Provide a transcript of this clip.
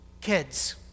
kids